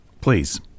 Please